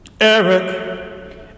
Eric